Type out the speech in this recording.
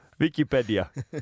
Wikipedia